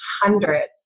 hundreds